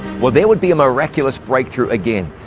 well, there would be a miraculous breakthrough again.